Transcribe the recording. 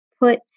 put